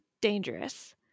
dangerous